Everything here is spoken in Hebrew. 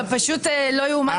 זה פשוט לא ייאמן.